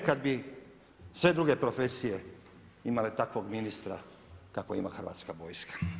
E kad bi sve druge profesije imale takvog ministra kakvog ima Hrvatska vojska!